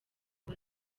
ngo